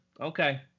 Okay